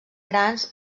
grans